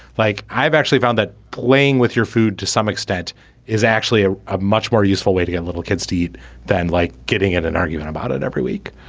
like i've actually found that playing with your food to some extent is actually ah a much more useful way to get a little kids to eat than like getting in an argument about it every week.